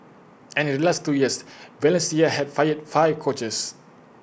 and in the last two years Valencia had fired five coaches